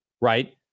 right